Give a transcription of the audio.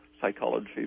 psychology